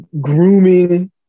grooming